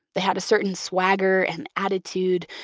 they had a certain swagger and attitude,